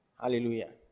hallelujah